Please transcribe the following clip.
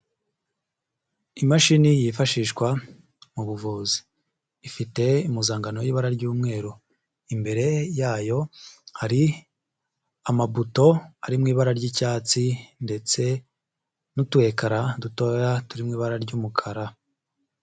Imashini yifashishwa mu buvuzi. Ifite impuzangano y'ibara ry'umweru. Imbere yayo hari amabuto ari mu ibara ry'icyatsi, ndetse n'utu ekara dutoya, turi mu ibara ry'umukara.